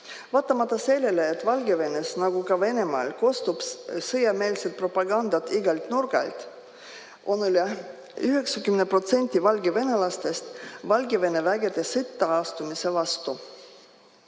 Vaatamata sellele, et Valgevenes, nagu ka Venemaal, kostab sõjameelset propagandat igalt nurgalt, on üle 90% valgevenelastest Valgevene vägede sõtta astumise vastu.